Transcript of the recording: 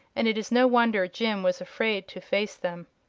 and it is no wonder jim was afraid to face them.